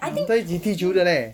他们在一起踢球的 leh